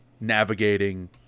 navigating